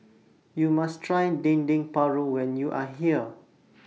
YOU must Try Dendeng Paru when YOU Are here